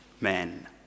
men